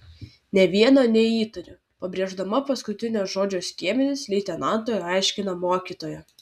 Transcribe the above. nė vieno neįtariu pabrėždama paskutinio žodžio skiemenis leitenantui aiškina mokytoja